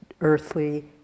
earthly